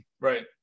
Right